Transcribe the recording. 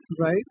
right